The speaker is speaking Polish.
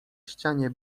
ścianie